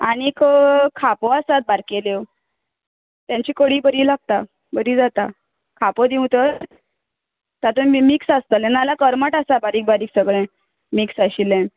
आनीक खापो आसात बारकेल्यो तेंची कडीं बरी लागतां बरी जाता खापो दिंव तर तातूंत मिक्स आसतलें ना जाल्यार करमट आसा बारीक बारीक सगळें मिक्स आशिल्लें